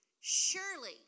Surely